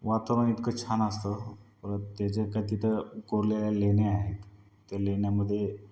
वातावरण इतकं छान असतं त्याच्या त्या तिथं कोरलेल्या लेण्या आहेत त्या लेण्यामध्ये